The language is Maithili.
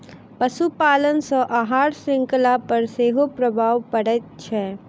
पशुपालन सॅ आहार शृंखला पर सेहो प्रभाव पड़ैत छै